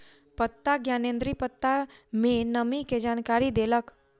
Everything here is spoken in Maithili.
पत्ता ज्ञानेंद्री पत्ता में नमी के जानकारी देलक